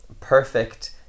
perfect